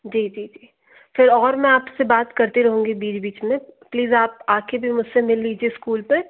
जी जी जी फिर और मैं आपसे बात करती रहूँगी बीच बीच में प्लीज़ आप आकर भी मुझसे मिल लीजिए स्कूल पर